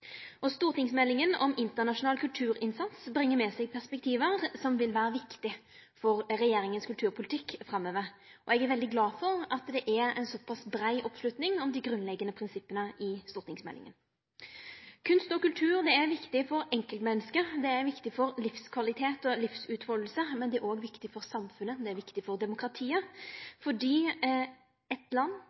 målgruppe. Stortingsmeldinga om internasjonal kulturinnsats bringer med seg perspektiv som vil vere viktig for regjeringas kulturpolitikk framover. Eg er veldig glad for at det er ein såpass brei oppslutning om dei grunnleggande prinsippa i stortingsmeldinga. Kunst og kultur er viktig for enkeltmennesket. Det er viktig for livskvalitet og livsutfalding. Men det er òg viktig for samfunnet – og det er viktig for demokratiet – fordi eit land